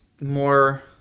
more